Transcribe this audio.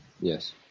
Yes